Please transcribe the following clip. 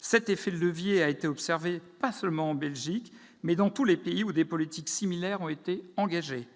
Cet effet de levier a été observé non seulement en Belgique, mais aussi dans tous les pays où des politiques similaires ont été engagées.